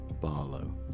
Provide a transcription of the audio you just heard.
Barlow